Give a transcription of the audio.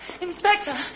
Inspector